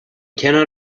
cannot